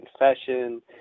confession